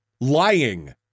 Lying